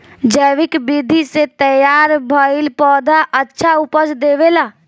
जैविक विधि से तैयार भईल पौधा अच्छा उपज देबेला